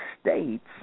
States –